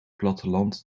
platteland